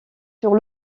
sur